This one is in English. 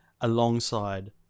alongside